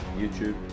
YouTube